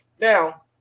Now